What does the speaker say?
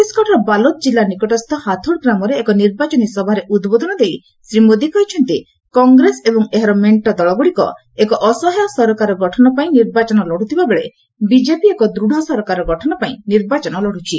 ଛତିଶଗଡ଼ର ବାଲୋଦ୍ ଜିଲ୍ଲା ନିକଟସ୍ଥ ହାଥୋଡ଼ ଗ୍ରାମରେ ଏକ ନିର୍ବାଚନୀ ସଭାରେ ଉଦ୍ବୋଧନ ଦେଇ ଶ୍ରୀ ମୋଦି କହିଛନ୍ତି କଂଗ୍ରେସ ଏବଂ ଏହାର ମେଷ୍ଟ ଦଳଗୁଡ଼ିକ ଏକ ଅସହାୟ ସରକାର ଗଠନ ପାଇଁ ନିର୍ବାଚନ ଲଢ଼ୁଥିବା ବେଳେ ବିଜେପି ଏକ ଦୃଢ଼ ସରକାର ଗଠନ ପାଇଁ ନିର୍ବାଚନ ଲଢୁଛି